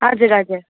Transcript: हजुर हजुर